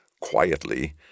quietly